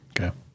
Okay